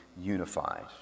unified